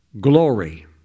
glory